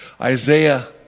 Isaiah